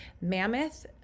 mammoth